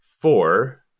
four